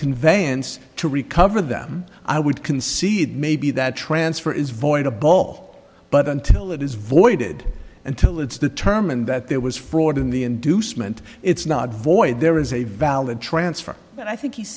conveyance to recover them i would concede maybe that transfer is void a ball but until it is voided until it's determined that there was fraud in the inducement it's not void there is a valid transfer and i think he's